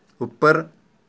ਉੱਪਰ